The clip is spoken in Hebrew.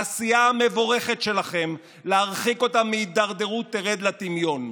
העשייה המבורכת שלכם להרחיק אותם מהידרדרות תרד לטמיון.